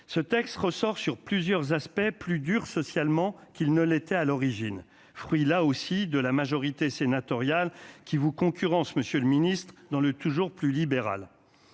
ce texte ressort sur plusieurs aspects plus dur socialement qu'ils ne l'étaient à l'origine, fruit là aussi de la majorité sénatoriale qui vous concurrence Monsieur le Ministre, dans le toujours plus libéral